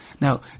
Now